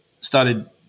started